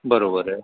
बरोबर आहे